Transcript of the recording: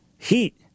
Heat